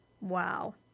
wow